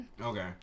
Okay